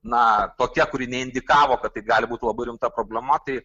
na tokie kurie neindikavo kad tai gali būt labai rimta problema tai